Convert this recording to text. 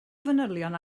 fanylion